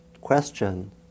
question